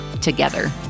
together